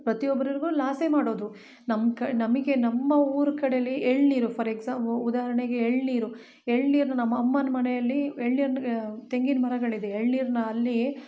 ಪ್ರತಿಒಬ್ಬರಿಗು ಲಾಸೇ ಮಾಡೋದು ನಮ್ಮ ಕ ನಮಗೆ ನಮ್ಮ ಊರು ಕಡೇಲಿ ಎಳನೀರು ಫಾರ್ ಎಕ್ಸಾ ಉದಾಹರಣೆಗೆ ಎಳನೀರು ಎಳನೀರ್ನು ನಮ್ಮ ಅಮ್ಮನ ಮನೆಯಲ್ಲಿ ಎಳ್ನೀರ್ನ ತೆಂಗಿನ ಮರಗಳಿದೆ ಎಳನೀರ್ನ ಅಲ್ಲಿ